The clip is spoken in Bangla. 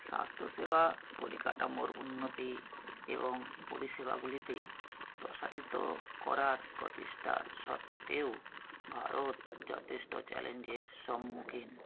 স্বাস্থ্যসেবা পরিকাঠামোর উন্নতি এবং পরিষেবাগুলিতে প্রসারিত করার প্রচেষ্টা সত্ত্বেও ভারত যথেষ্ট চ্যালেঞ্জের সম্মুখীন